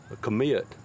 commit